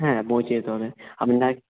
হ্যাঁ পৌঁছে যেতে হবে আপনার